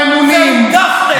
הפרה אמונים,